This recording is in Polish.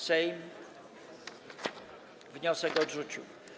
Sejm wniosek odrzucił.